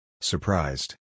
Surprised